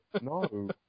No